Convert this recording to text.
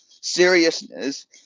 seriousness